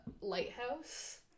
lighthouse